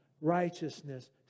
righteousness